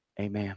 Amen